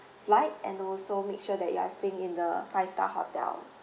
flight and also make sure that you are staying in the five star hotel